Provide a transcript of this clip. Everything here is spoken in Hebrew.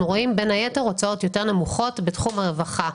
רואים בין היתר הוצאות יותר נמוכות בתחום הרווחה.